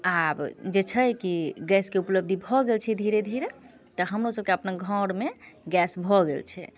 आब जे छै कि गैसके उपलब्धि भऽ गेल छै धीरे धीरे तऽ हमरोसभके अपन घरमे गैस भऽ गेल छै